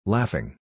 Laughing